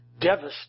devastate